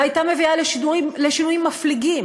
והייתה מביאה לשינויים מפליגים,